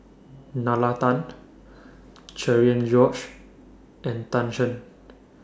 Nalla Tan Cherian George and Tan Shen